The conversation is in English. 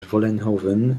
vollenhoven